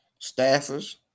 staffers